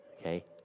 okay